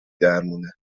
درمونه